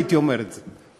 הייתי אומר את זה.